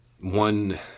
one